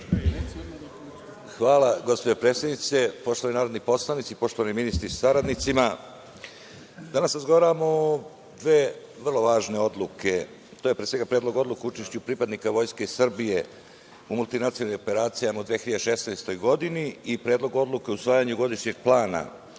Hvala, gospođo predsednice. Poštovani narodni poslanici, poštovani ministri sa saradnicima, danas razgovaramo o dve vrlo važne odluke. To je pre svega Predlog odluke o učešću pripadnika Vojske Srbije u multinacionalnim operacijama u 2016. godini i Predlog odluke o usvajanju godišnjeg plana